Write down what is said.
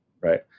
right